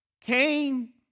Cain